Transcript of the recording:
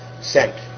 sent